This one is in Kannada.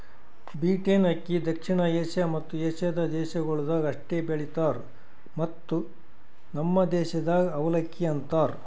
ಬೀಟೆನ್ ಅಕ್ಕಿ ದಕ್ಷಿಣ ಏಷ್ಯಾ ಮತ್ತ ಏಷ್ಯಾದ ದೇಶಗೊಳ್ದಾಗ್ ಅಷ್ಟೆ ಬೆಳಿತಾರ್ ಮತ್ತ ನಮ್ ದೇಶದಾಗ್ ಅವಲಕ್ಕಿ ಅಂತರ್